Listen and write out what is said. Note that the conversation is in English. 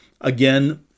Again